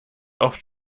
oft